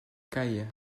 caille